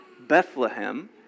Bethlehem